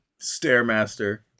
Stairmaster